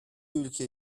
ülke